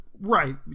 right